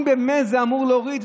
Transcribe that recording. אם באמת זה אמור להוריד,